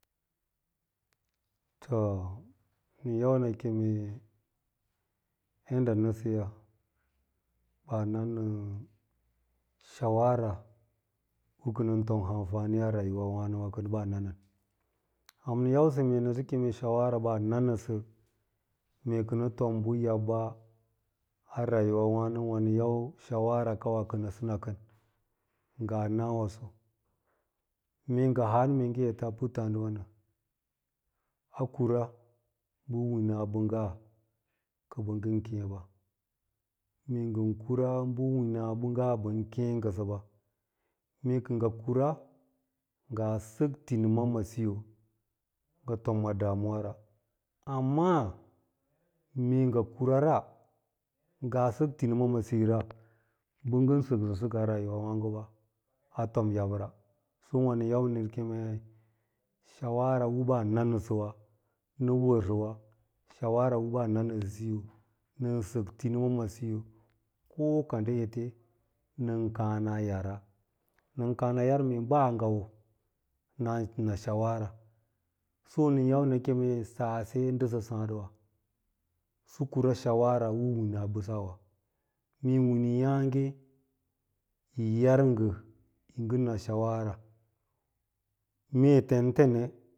To, nɚn yau nɚ keme baa yau nɚ yadda nɚsɚya baa nanɚ shawara na kɚnɚn toni amfani a rayuwa nywànowà ɓaa na nɚn, ham nɚ yausɚ, nɚ sɚ keme shawara baa nanɚsɚ a bɚ ki yi pan tom yaɓba a nayu wawànowà, mee haan ee ngɚ efe a pattààɗiwà maa nɚ, a kura bɚ wina bɚngga kɚ bɚn kêêba. Mee ngɚn kura bɚ winabɚngga ɓɚn kêê ngɚsɚba, mee kɚ ngɚ kwa ngaa sɚk tinima ma siyo, ngɚ tom ma ɗamuwa ra, amma mee ngɚ kurara, ngaa sɚk tinima a sora bɚ ngɚn sɚksɚnsɚk a myawa wààgoɓa a tom yabra pɚ wàn nɚn yau nɚ kemei shawara u ɓnanɚsɚwa, nɚ wɚrsɚwa shawara u ɓaa nanɚsɚsiyo nɚn sɚk tinimo ma siyo ko ka nɗɚ ete nɚn kàà na yara, nɚn kàà nɚ yan baa ngawo naa na shawara so nɚn yau nɚ kemei saase ndɚsɚ sààɗiwa sɚ kura shawara u winaɓɚsawa, mee wineyààge yi yar ngɚ yingɚ na shawara mee tentene.